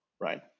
Right